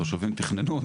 התושבים תכננו,